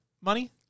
money